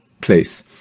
place